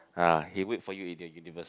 ah he wait for you in the universal